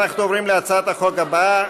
אנחנו עוברים להצעת החוק הבאה.